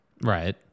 Right